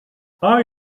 are